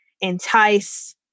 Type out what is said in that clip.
entice